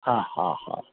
हां हां हां